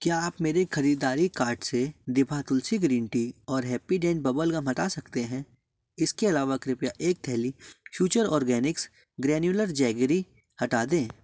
क्या आप मेरे ख़रीदारी कार्ट से दिभा तुलसी ग्रीन टी और हैप्पीडेंट बबलगम हटा सकते हैं इसके अलावा कृपया एक थैली फ्यूचर ऑर्गॅनिक्स ग्रैनुलर जेगरी हटा दें